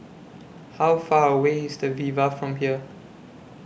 How Far away IS The Viva from here